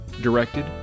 directed